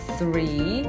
Three